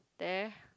there